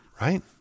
right